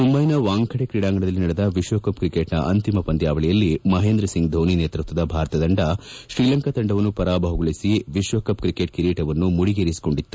ಮುಂಬೈನ ವಾಂಖೆಡೆ ಕ್ರೀಡಾಂಗಣದಲ್ಲಿ ನಡೆದ ವಿಶ್ವಕಪ್ ಕ್ರಿಕೆಟ್ನ ಅಂತಿಮ ಪಂದ್ಯಾವಳಿಯಲ್ಲಿ ಮಹೇಂದ್ರ ಸಿಂಗ್ ಧೋನಿ ನೇತೃತ್ವದ ಭಾರತ ತಂಡ ಶ್ರೀಲಂಕಾ ತಂಡವನ್ನು ಪರಾಭವಗೊಳಿಸಿ ವಿಶ್ವಕವ್ ಕ್ರಿಕೆಟ್ ಕಿರೀಟವನ್ನು ಮುಡಿಗೇರಿಸಿಕೊಂಡಿತ್ತು